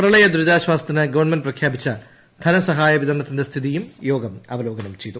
പ്രളയ ദുരിതാശ്ചാസത്തിന് ഗവൺമെന്റ് പ്രഖ്യാപിച്ചു ധനസഹായ വിതരണത്തന്റെ സ്ഥിതിയും യോഗം അവലോകനം ചെയ്തു